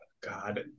god